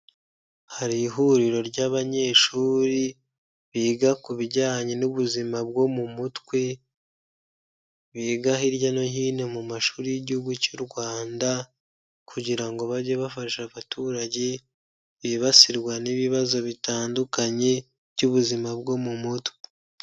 Hari ihuriro ry'abanyeshuri biga ku bijyanye n'ubuzima bwo mu mutwe, biga hirya no hino mu mashuri y'igihugu cy'u Rwanda kugira ngo bajye bafasha abaturage bibasirwa n'ibibazo bitandukanye by'ubuzima bwo mu mutwe.